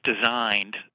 designed